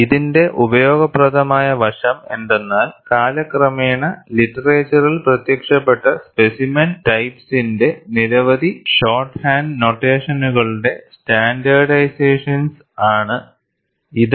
ഇതിന്റെ ഉപയോഗപ്രദമായ വശം എന്തെന്നാൽ കാലക്രമേണ ലിറ്ററേച്ചറിൽ പ്രത്യക്ഷപ്പെട്ട സ്പെസിമെൻ ടൈപ്പ്സിന്റെ നിരവധി ഷോർട്ട് ഹാൻഡ് നൊട്ടേഷനുകളുടെ Short Hand Notationsസ്റ്റാൻഡേർഡൈസേഷനാണ് ഇത്